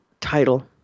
title